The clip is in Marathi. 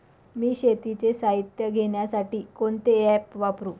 मी शेतीचे साहित्य घेण्यासाठी कोणते ॲप वापरु?